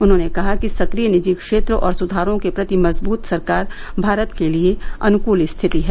उन्होंने कहा कि सक्रिय निजी क्षेत्र और सुधारों के प्रति मजबूत सरकार भारत के लिए अनुकूल स्थिति है